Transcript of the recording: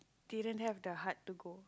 didn't have the heart to go